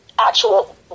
actual